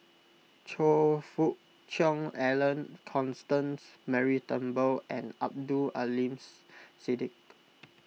Choe Fook Cheong Alan Constance Mary Turnbull and Abdul Aleems Siddique